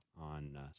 on